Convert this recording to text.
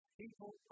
people